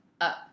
up